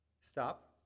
Stop